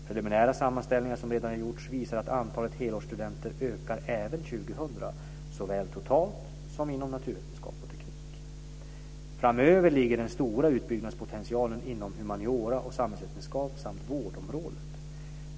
Preliminära sammanställningar som redan gjorts visar att antalet helårsstudenter ökar även 2000, såväl totalt som inom naturvetenskap och teknik. Framöver ligger den stora utbyggnadspotentialen inom humaniora och samhällsvetenskap samt inom vårdområdet.